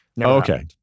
Okay